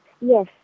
Yes